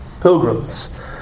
pilgrims